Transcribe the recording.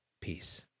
peace